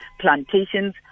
plantations